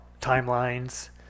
timelines